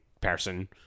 person